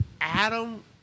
Adam